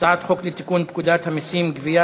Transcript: הצעת חוק לתיקון פקודת המסים (גבייה)